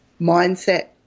mindset